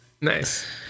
nice